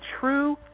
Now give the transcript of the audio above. true